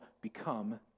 become